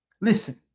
Listen